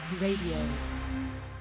Radio